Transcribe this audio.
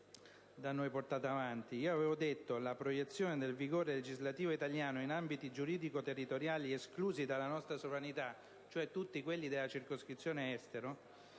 da noi realizzata. Avevo detto che la proiezione del vigore legislativo italiano in ambiti territoriali esclusi dalla nostra sovranità - cioè tutti quelli della circoscrizione Estero